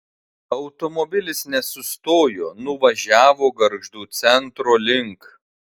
automobilis nesustojo nuvažiavo gargždų centro link